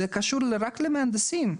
זה קשור רק למהנדסים.